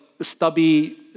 stubby